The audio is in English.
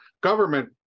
government